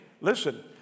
Listen